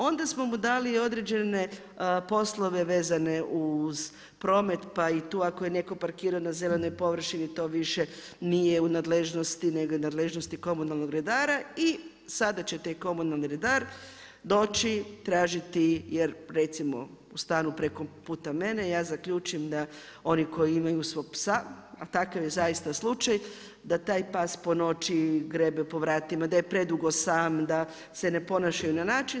Onda samomu dali određene poslove vezane uz promet, pa i tu ako je netko parkirao na zelenoj površini, to više nije u nadležnosti, nego je nadležnosti komunalnog redara i sada će taj komunalni redar, doći, tražiti, jer recimo, u stanu preko puta mene, ja zaključim, oni koji imaju svog psa, a takav je zaista slučaj, da taj pas po noći grebe po vratima, da je predugo sam, da se ne ponašaju na način.